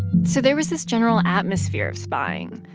so there was this general atmosphere of spying.